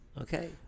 Okay